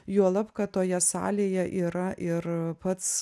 juolab kad toje salėje yra ir pats